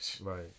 Right